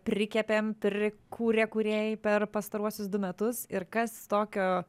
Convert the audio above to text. prikepėm prikūrė kūrėjai per pastaruosius du metus ir kas tokio